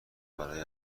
برای